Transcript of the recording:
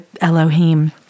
Elohim